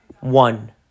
One